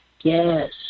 Yes